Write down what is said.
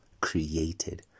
created